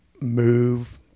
move